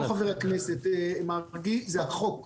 לא חבר הכנסת מרגי, זה החוק.